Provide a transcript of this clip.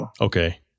Okay